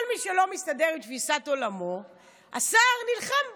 כל מי שלא מסתדר עם תפיסת עולמו, השר נלחם בו.